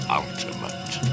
ultimate